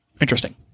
Interesting